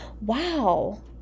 wow